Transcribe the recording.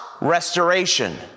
restoration